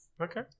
Okay